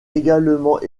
également